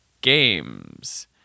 games